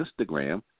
Instagram